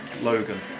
Logan